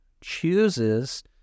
chooses